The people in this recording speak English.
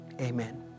Amen